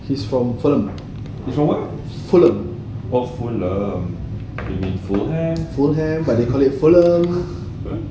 he's from fulham fulham